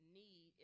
need